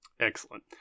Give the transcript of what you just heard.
Excellent